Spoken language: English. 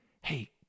hey